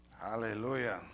Hallelujah